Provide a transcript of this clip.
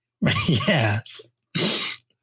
Yes